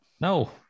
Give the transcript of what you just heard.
No